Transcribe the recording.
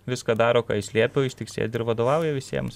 viską daro ką jis liepia o jis tik sėdi ir vadovauja visiems